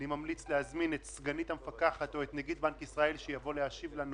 אני ממליץ להזמין את סגנית המפקחת או את נגיד בנק ישראל שיבוא להשיב לנו